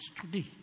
today